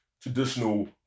traditional